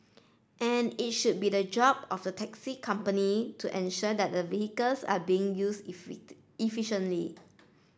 and it should be the job of the taxi company to ensure that the vehicles are being used efficiently